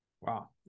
Wow